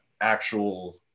actual